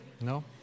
No